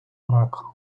рак